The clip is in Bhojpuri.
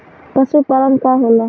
पशुपलन का होला?